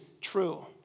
true